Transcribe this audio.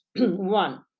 One